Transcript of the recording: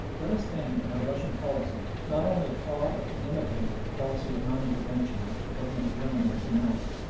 let us then in our russian policy not only applaud and imitate the policy of non-intervention which the government of germany has announced,